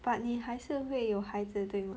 but 你还是会有孩子对吗